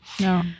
No